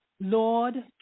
Lord